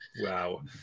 Wow